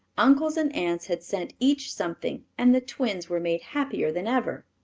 uncles and aunts had sent each something and the twins were made happier than ever.